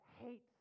hates